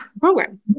program